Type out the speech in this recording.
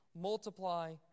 multiply